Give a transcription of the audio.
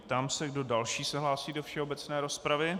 Ptám se, kdo další se hlásí do všeobecné rozpravy.